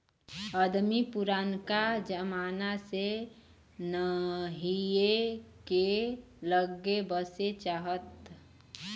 अदमी पुरनका जमाना से नहीए के लग्गे बसे चाहत